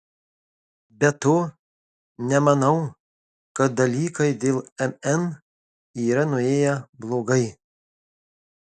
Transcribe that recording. be to nemanau kad dalykai dėl mn yra nuėję blogai